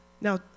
Now